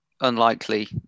unlikely